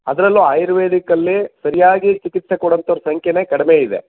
ಅದರಲ್ಲೂ ಆಯುರ್ವೇದಿಕ್ಕಲ್ಲಿ ಸರಿಯಾಗಿ ಚಿಕಿತ್ಸೆ ಕೊಡೊಂತವ್ರ ಸಂಖ್ಯೆನೇ ಕಡಿಮೆ ಇದೆ